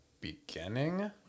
beginning